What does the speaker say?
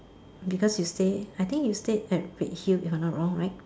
because you stay I think you stayed at Redhill if I'm not wrong right